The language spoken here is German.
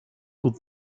gut